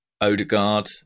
Odegaard